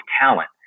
talent